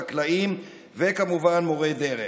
חקלאים וכמובן מורי דרך.